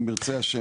אם ירצה השם,